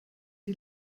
die